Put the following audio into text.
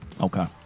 Okay